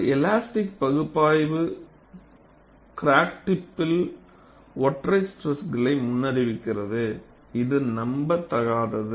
ஒரு எலாஸ்டிக் பகுப்பாய்வு கிராக் டிப்பில் ஒற்றை ஸ்ட்ரெஸ்களை முன்னறிவிக்கிறது இது நம்பத்தகாதது